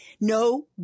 No